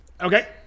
Okay